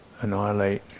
annihilate